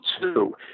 two